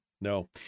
No